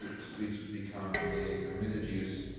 suites would become a permitted use.